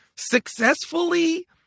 successfully